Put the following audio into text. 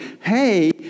hey